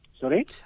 Sorry